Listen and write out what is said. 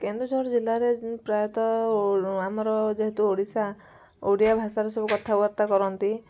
କେନ୍ଦୁଝର ଜିଲ୍ଲାରେ ପ୍ରାୟତଃ ଓ ଆମର ଯେହେତୁ ଓଡ଼ିଶା ଓଡ଼ିଆ ଭାଷାରେ ସବୁ କଥାବାର୍ତ୍ତା କରନ୍ତି